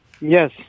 Yes